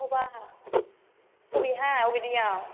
अबाव अबेहाय अबे दैयाव